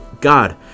God